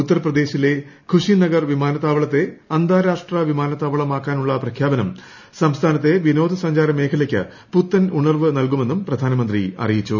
ഉത്തർപ്രദേശിലെ ഖുശിനഗർ വിമാനത്താവളത്തെ അന്താരാഷ്ട്ര വിമാനത്താവളമാക്കാനുള്ള പ്രഖ്യാപനം സംസ്ഥാനത്തെ വിനോദ സഞ്ചാര മേഖലയ്ക്ക് പുത്തൻ ഉണർവ് നൽകുമെന്ന് പ്രധാനമന്ത്രി അറിയിച്ചു